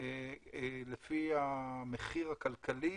לפי המחיר הכלכלי,